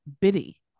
bitty